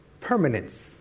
permanence